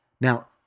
Now